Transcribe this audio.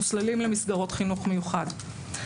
מוסללים למסגרות חינוך מיוחד.